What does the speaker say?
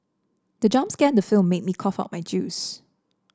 the jump scan the film made me cough out my juice